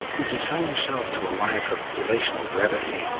you consign yourself to a life of relational brevity.